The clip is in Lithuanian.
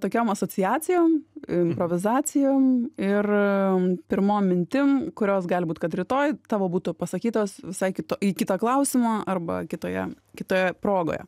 tokiom asociacijom improvizacijom ir pirmom mintim kurios gali būt kad rytoj tavo būtų pasakytos visai kitu į kitą klausimą arba kitoje kitoje progoje